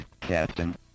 Captain